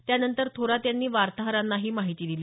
त्यानंतर थोरात यांनी वार्ताहरांना ही माहिती दिली